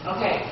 Okay